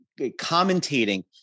commentating